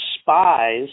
spies